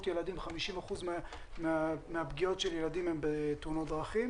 ילדים 50% מהפגיעות של ילדים הם בתאונות דרכים